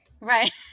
Right